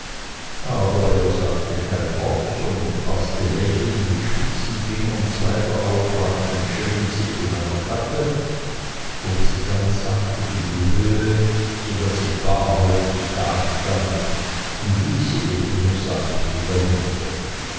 aber er sagte kein wort sondern faßte lächelnd mit spitzen fingern zwei der aufragenden schellenzipfel meiner kappe hob diese ganz sachte in die höhe so daß ich barhäuptig dastand und ließ sie ebenso sanft wieder nieder